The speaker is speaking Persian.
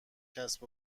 کسب